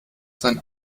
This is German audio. sein